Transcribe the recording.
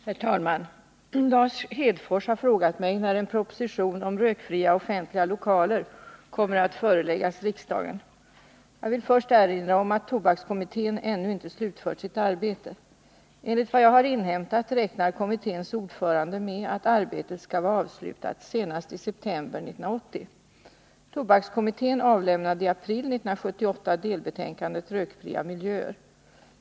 Herr talman! Lars Hedfors har frågat mig när en proposition om rökfria offentliga lokaler kommer att föreläggas riksdagen. Jag vill först erinra om att tobakskommittén ännu inte har slutfört sitt arbete. Enligt vad jag har inhämtat räknar kommitténs ordförande med att arbetet skall vara avslutat senast i september 1980. Tobakskommittén avlämnade i april 1978 delbetänkandet Rökfria miljöer .